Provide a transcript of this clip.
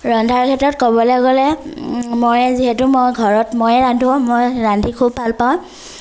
ৰন্ধাৰ ক্ষেত্ৰত ক'বলৈ গ'লে ময়ে যিহেতু মই ঘৰত মইয়ে ৰান্ধো মই ৰান্ধি খুব ভালপাওঁ